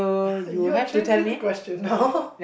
you are changing the question now